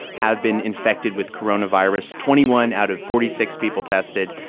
have been infected with coronavirus twenty one out of forty six people tested.